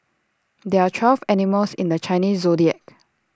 there are twelve animals in the Chinese Zodiac